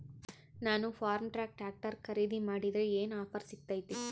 ನಾನು Farmtrac tractor ಖರೇದಿ ಮಾಡಿದ್ರೆ ಏನು ಆಫರ್ ಸಿಗ್ತೈತಿ?